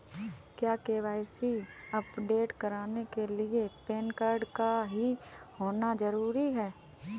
क्या KYC update कराने के लिए पैन कार्ड का ही होना जरूरी है?